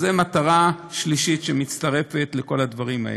זאת מטרה שלישית, שמצטרפת לכל הדברים האלה.